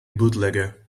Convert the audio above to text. bootlegger